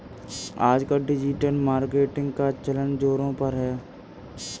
आजकल digital marketing का चलन ज़ोरों पर है